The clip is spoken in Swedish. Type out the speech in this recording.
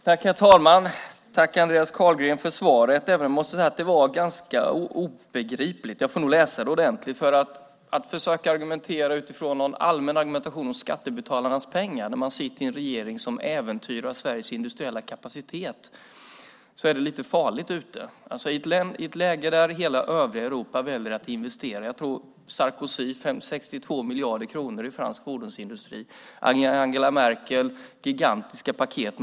Herr talman! Tack för svaret, Andreas Carlgren, även om det var ganska obegripligt. Jag får nog läsa det ordentligt, för att försöka diskutera utifrån någon allmän argumentation om skattebetalarnas pengar när man sitter i en regering som äventyrar Sveriges industriella kapacitet är lite farligt. Det är ett läge där hela övriga Europa väljer att investera. Jag tror att Sarkozy har investerat 62 miljarder kronor i fransk fordonsindustri, och Angela Merkel har ett gigantiskt paket.